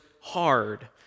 hard